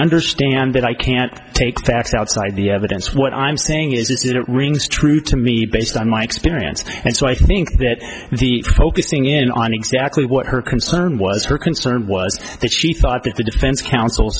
understand that i can't take facts outside the evidence what i'm saying is that it rings true to me based on my experience and so i think that the focusing in on exactly what her concern was her concern was that she thought that the defense counsel